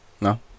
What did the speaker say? No